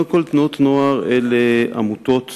תנועות הנוער הן עמותות עצמאיות,